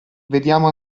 vediamo